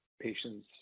patients